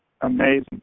amazing